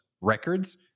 records